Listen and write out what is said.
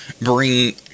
bring